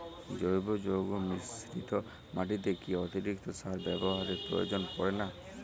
জৈব যৌগ মিশ্রিত মাটিতে কি অতিরিক্ত সার ব্যবহারের প্রয়োজন পড়ে না?